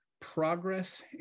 progress